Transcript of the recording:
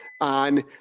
on